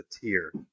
tier